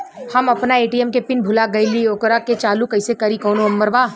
हम अपना ए.टी.एम के पिन भूला गईली ओकरा के चालू कइसे करी कौनो नंबर बा?